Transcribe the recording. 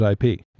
IP